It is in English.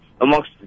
amongst